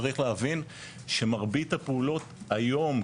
צריך להבין שמרבית הפעולות היום,